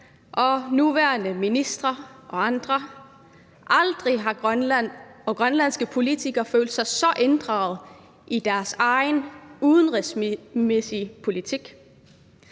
og nuværende ministre og andre – at aldrig har Grønland og grønlandske politikere følt sig så inddragede i deres egen udenrigspolitik.